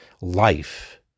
life